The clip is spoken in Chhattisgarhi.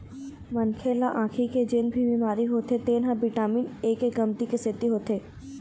मनखे ल आँखी के जेन भी बिमारी होथे तेन ह बिटामिन ए के कमती के सेती होथे